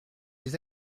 les